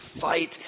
fight